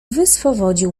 wyswobodził